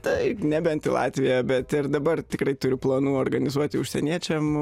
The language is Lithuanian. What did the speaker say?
taip nebent į latviją bet ir dabar tikrai turiu planų organizuoti užsieniečiam